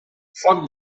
foc